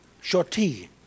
Shorty